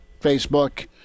Facebook